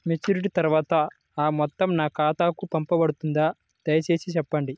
Maturity తర్వాత ఆ మొత్తం నా ఖాతాకు పంపబడుతుందా? దయచేసి చెప్పండి?